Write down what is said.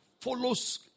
follows